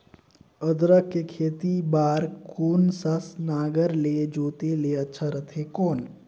अदरक के खेती बार कोन सा नागर ले जोते ले अच्छा रथे कौन?